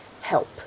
help